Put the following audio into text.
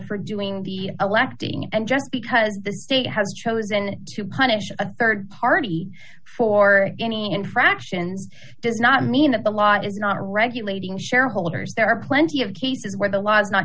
for doing the electing and just because the state has chosen to punish a rd party for any infractions does not mean that the law is not regulating shareholders there are plenty of cases where the law is not